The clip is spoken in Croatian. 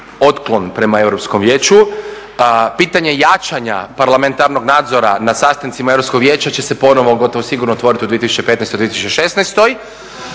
otklon prema Europskom vijeću. Pitanje jačanja Parlamentarnog nadzora na sastancima Europskog vijeća će se ponovo gotovo sigurno otvoriti u 2015./2016.